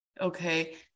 okay